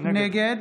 נגד